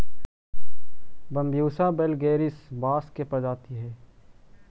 Bambusa vulgaris बाँस के प्रजाति हइ